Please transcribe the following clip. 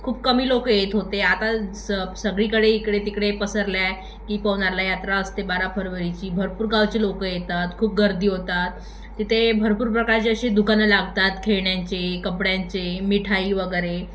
खूप कमी लोकं येत होते आता स सगळीकडे इकडे तिकडे पसरले आहे की पवनारला यात्रा असते बारा फरवरीची भरपूर गावचे लोक येतात खूप गर्दी होतात तिथे भरपूर प्रकारचे असे दुकानं लागतात खेळण्यांचे कपड्यांचे मिठाई वगैरे